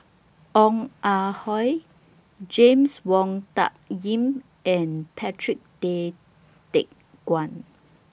Ong Ah Hoi James Wong Tuck Yim and Patrick Tay Teck Guan